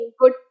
good